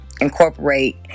incorporate